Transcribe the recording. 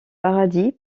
paradis